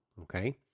Okay